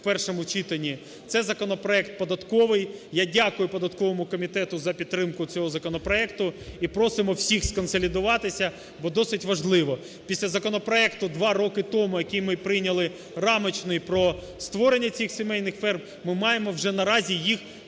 Це законопроект податковий. Я дякую податковому комітету за підтримку цього законопроекту і просимо всіх сконсолідуватися, бо досить важливо. Після законопроекту два роки тому, який ми прийняли, рамочний, про створення цих сімейних ферм, ми маємо вже наразі їх започатковувати,